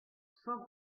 sans